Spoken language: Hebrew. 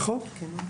נכון.